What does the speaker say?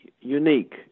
unique